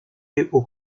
haut